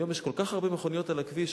היום יש כל כך הרבה מכוניות על הכביש,